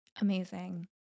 Amazing